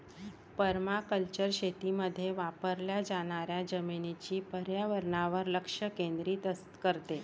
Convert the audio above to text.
permaculture शेतीमध्ये वापरल्या जाणाऱ्या जमिनीच्या पर्यावरणावर लक्ष केंद्रित करते